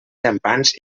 llampants